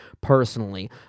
personally